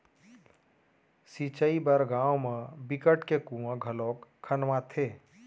सिंचई बर गाँव म बिकट के कुँआ घलोक खनवाथे